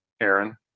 Aaron